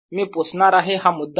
मी पुसणार आहे हा मुद्दा